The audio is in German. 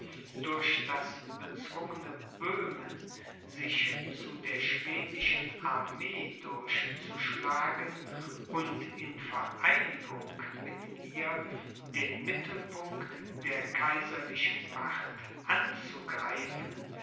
durch das bezwungene böhmen sich zu der schwedischen armee durchzuschlagen und in vereinigung mit ihr den mittelpunkt der kaiserlichen macht anzugreifen